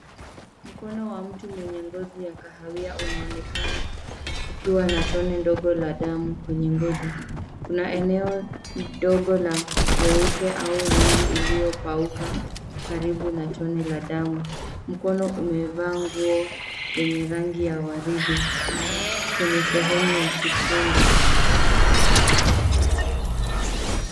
Mkono wa mtu mwenye ngozi ya kahawia unaonekana ukiwa na tone ndogo la damu kwenye ngozi. Kuna eneo ndogo la weupe au rangi iliyopauka karibu na tone la damu. Mkono umevaa nguo yenye rangi ya waridi kwenye sehemu ya kifundo.